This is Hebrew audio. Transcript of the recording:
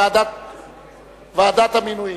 ועדת המינויים).